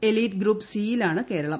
elite group സിയിലാണ് കേരളം